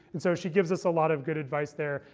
and so she gives us a lot of good advice there.